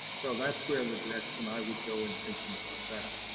so, that's where the direction i would go in thinking about that.